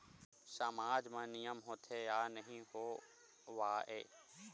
सामाज मा नियम होथे या नहीं हो वाए?